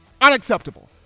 unacceptable